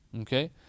okay